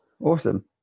awesome